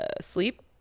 sleep